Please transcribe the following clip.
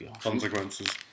consequences